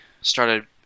started